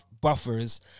buffers